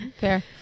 fair